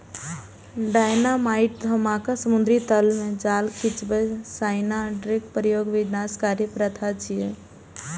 dynamite धमाका, समुद्री तल मे जाल खींचब, साइनाइडक प्रयोग विनाशकारी प्रथा छियै